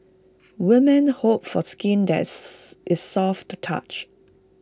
women hope for skin that's is soft to the touch